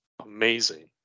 amazing